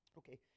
okay